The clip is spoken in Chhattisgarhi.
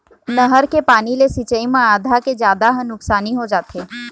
नहर के पानी ले सिंचई म आधा के जादा ह नुकसानी हो जाथे